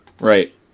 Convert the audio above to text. Right